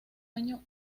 año